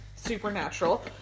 Supernatural